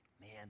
Man